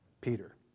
Peter